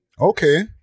Okay